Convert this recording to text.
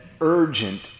urgent